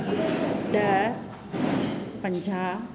ॾह पंजाहु